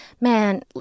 man